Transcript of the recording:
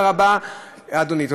נא לסיים, אדוני.